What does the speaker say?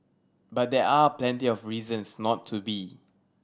but there are plenty of reasons not to be